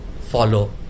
follow